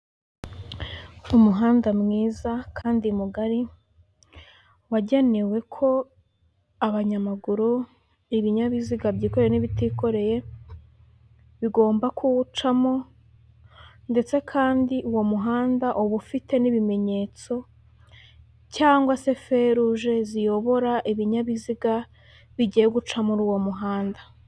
Umuhanda mwiza kandi mugari, wagenewe ko abanyamaguru, ibinyabiziga byikoreye n'ibitikoreye bigomba kuwucamo, ndetse kandi uwo muhanda uba ufite n'ibimenyetso cyangwa se feruje ziyobora ibinyabiziga bigiye guca muri uwo muhanda.